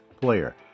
player